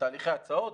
בתהליכי הצעות.